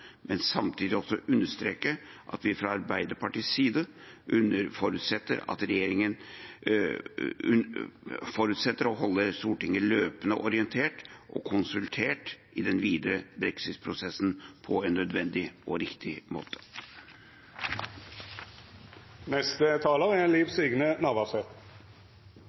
men samtidig også understreke at vi fra Arbeiderpartiets side forutsetter at regjeringen fortsetter å holde Stortinget løpende orientert og konsultert i den videre brexit-prosessen, på en nødvendig og riktig måte. Brexit er viktig for Noreg, slik Storbritannia er